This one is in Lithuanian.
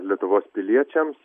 lietuvos piliečiams